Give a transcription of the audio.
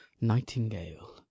nightingale